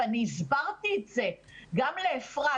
ואני הסברתי את זה גם לאפרת,